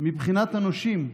מבחינת הנושים,